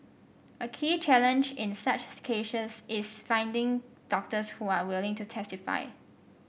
a key challenge in such cases is finding doctors who are willing to testify